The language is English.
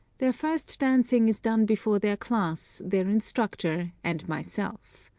their first dancing is done before their class, their instructor and myself.